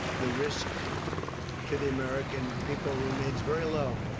the risk to the american people remains very low.